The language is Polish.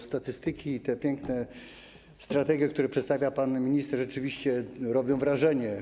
Statystyki i te piękne strategie, które przedstawia pan minister, rzeczywiście robią wrażenie.